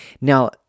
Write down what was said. Now